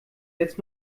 jetzt